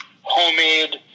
homemade